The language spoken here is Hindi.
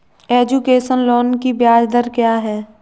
एजुकेशन लोन की ब्याज दर क्या है?